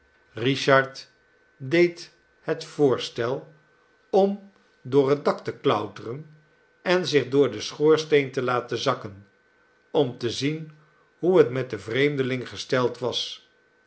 richard deed het voorstel om door het dak te klouteren en zich door den schoorsteen te laten zakken om te zien hoe het met den vreemdeling gesteld was